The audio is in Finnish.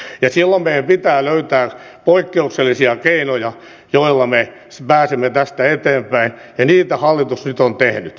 ja silloin meidän pitää löytää poikkeuksellisia keinoja joilla me pääsemme tästä eteenpäin ja niitä hallitus nyt on tehnyt